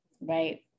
right